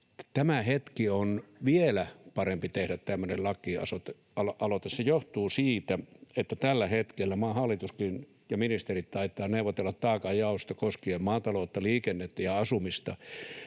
tämä hetki on vielä parempi tehdä tämmöinen lakialoite. Se johtuu siitä, että tällä hetkellä maan hallituskin ja ministerit taitavat neuvotella taakanjaosta koskien maataloutta, liikennettä ja asumista,